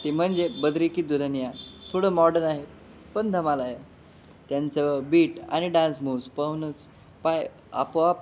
ते म्हनजे बद्रिकी दुल्हनिया थोडं मॉडर्न आहे पण धमाल आहे त्यांचं बीट आणि डान्स मूव्ज पाहूनच पाय आपोआप